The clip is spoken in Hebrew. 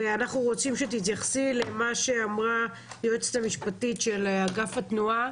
תתייחסי לדבריה של היועצת המשפטית של אגף התנועה